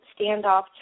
Standoff